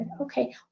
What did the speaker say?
Okay